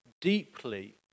deeply